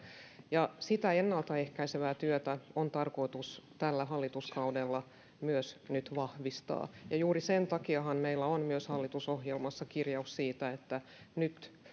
ja myös sitä ennalta ehkäisevää työtä on tarkoitus tällä hallituskaudella nyt vahvistaa juuri sen takiahan meillä on myös hallitusohjelmassa kirjaus siitä että nyt